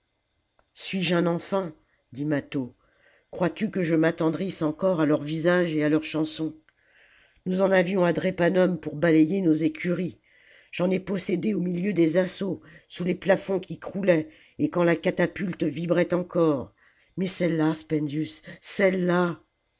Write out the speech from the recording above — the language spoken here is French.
suis-je un enfant dit mâtho crois-tu que je m'attendrisse encore à leur visage et à leurs chansons nous en avions à drépanum pour balayer nos écuries j'en ai possédé au milieu des assauts sous les plafonds qui croulaient et quand lacatapulte vibrait encore mais celle-là spendius celle-là